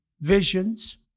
visions